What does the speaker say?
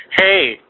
Hey